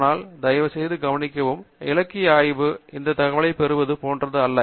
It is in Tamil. எனவே தயவு செய்து கவனிக்கவும் இலக்கிய ஆய்வு இந்த தகவலை பெறுவது போன்றது அல்ல